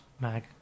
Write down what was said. mag